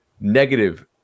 Negative